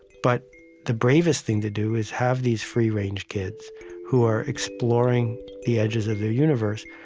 but the bravest thing to do is have these free-range kids who are exploring the edges of their universe,